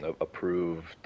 approved